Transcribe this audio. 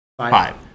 five